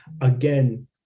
again